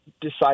decide